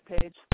page